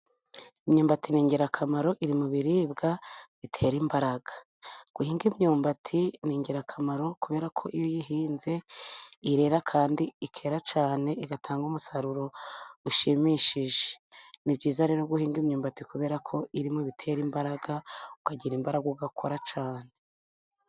Imyumbati ni ingirakamaro, iri mu biribwa bitera imbaraga. Guhinga imyumbati ni ingirakamaro kubera ko iyo uyihinze irera, kandi ikera cyane igatanga umusaruro ushimishije. Ni byiza rero guhinga imyumbati kubera ko iri mu bitera imbaraga, ukagira imbaraga ugakora cyane.